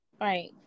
Right